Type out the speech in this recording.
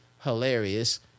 hilarious